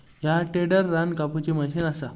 ह्या टेडर रान कापुची मशीन असा